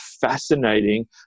fascinating